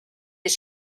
est